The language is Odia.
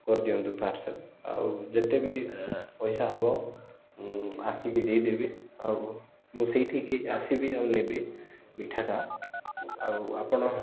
କରିଦିଅନ୍ତୁ ପାର୍ସଲ୍ ଆଉ ଯେତେ ବି ପଇସା ହବ ମୁଁ ଆସିକି ଦେଇଦେବି ଆଉ ମୁଁ ସେଇଠିକି ଆସିବି ଆଉ ନେବି ମିଠାଟା ଆଉ ଆପଣ